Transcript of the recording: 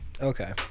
Okay